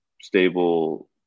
stable